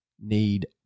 need